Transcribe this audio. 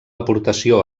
aportació